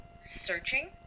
searching